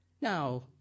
Now